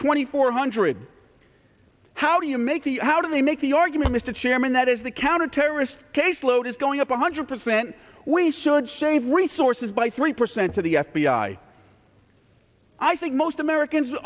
twenty four hundred how do you make the how do they make the argument mr chairman that is the counterterrorist caseload is going up one hundred percent we should shave resources by three percent of the f b i i think most americans